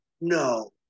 No